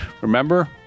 remember